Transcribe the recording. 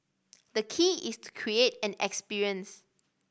the key is to create an experience